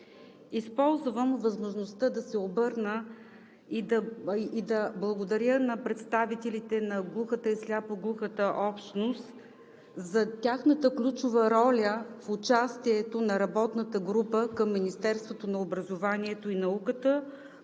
Използвам възможността да се обърна и да благодаря на представителите на глухата и сляпо-глухата общност за тяхната ключова роля в участието на работната група към Министерството на образованието и науката